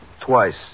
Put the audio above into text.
Twice